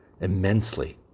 immensely